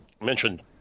mentioned